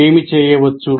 ఏమి చేయవచ్చు